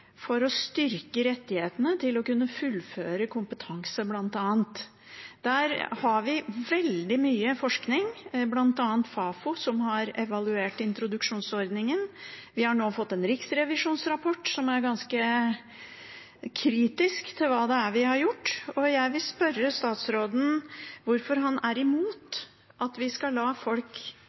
for å styrke rettighetene for å kunne fullføre bl.a. kompetanse på introduksjonsordningen. Der har vi veldig mye forskning, bl.a. Fafo som har evaluert introduksjonsordningen, og vi har nå fått en riksrevisjonsrapport som er ganske kritisk til hva som er gjort. Jeg vil spørre statsråden om hvorfor han er imot at vi skal la folk